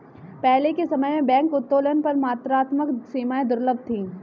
पहले के समय में बैंक उत्तोलन पर मात्रात्मक सीमाएं दुर्लभ थीं